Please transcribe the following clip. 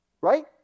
right